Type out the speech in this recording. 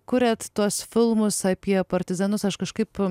kuriat tuos filmus apie partizanus aš kažkaip